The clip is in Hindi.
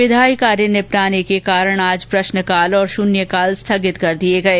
विधायी कार्य निपटाने के कारण आज प्रश्नकाल और शून्यकाल स्थगित कर दिये गये